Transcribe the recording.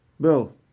Bill